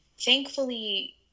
thankfully